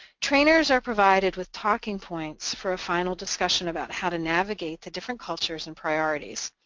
trainers are provided with talking points for a final discussion about how to navigate the different cultures and priorities.